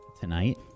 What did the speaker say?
tonight